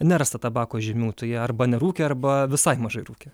nerasta tabako žymių tai arba nerūkė arba visai mažai rūkė